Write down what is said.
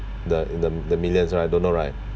the um the the millions right don't know right